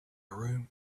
room